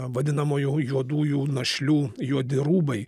vadinamųjų juodųjų našlių juodi rūbai